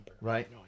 right